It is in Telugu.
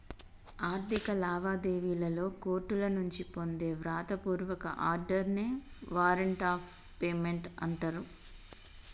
ఆర్థిక లావాదేవీలలో కోర్టుల నుంచి పొందే వ్రాత పూర్వక ఆర్డర్ నే వారెంట్ ఆఫ్ పేమెంట్ అంటరు